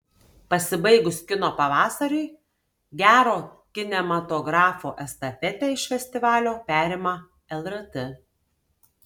pasibaigus kino pavasariui gero kinematografo estafetę iš festivalio perima lrt